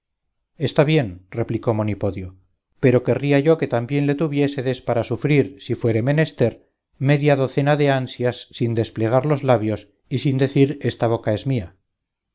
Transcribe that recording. está bien replicó monipodio pero querría yo que también le tuviésedes para sufrir si fuese menester media docena de ansias sin desplegar los labios y sin decir esta boca es mía